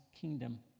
kingdom